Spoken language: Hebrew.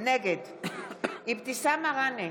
נגד אבתיסאם מראענה,